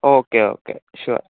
okay okay sure